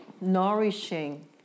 nourishing